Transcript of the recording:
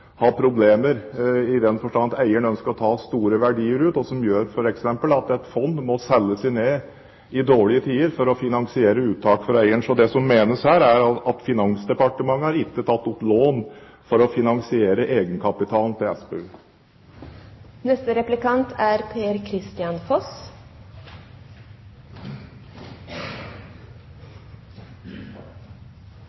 ha problemer i den forstand at eieren ønsker å ta store verdier ut, og som gjør f.eks. at et fond må selge seg ned i dårlige tider for å finansiere uttak fra eieren. Det som menes her, er at Finansdepartementet ikke har tatt opp lån for å finansiere egenkapitalen til